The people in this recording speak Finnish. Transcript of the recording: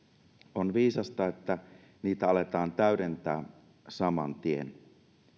on viisasta että niitä aletaan täydentää saman tien